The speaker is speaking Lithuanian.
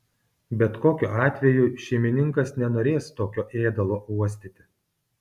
bet kokiu atveju šeimininkas nenorės tokio ėdalo uostyti